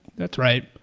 that's right.